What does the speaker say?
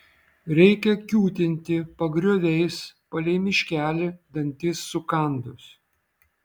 reikia kiūtinti pagrioviais palei miškelį dantis sukandus